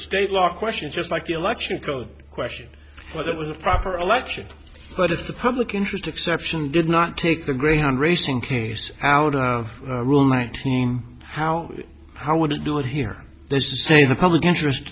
state law questions just like the election code question whether it was a proper election but it's the public interest exception did not take the greyhound racing case out of rule nineteen how how would you do it here this is say the public interest